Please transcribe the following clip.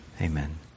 Amen